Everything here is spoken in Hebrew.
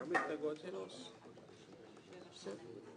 המחנה הציוני לסעיף 1 לא אושרה ותעלה למליאה לקריאה השנייה והשלישית.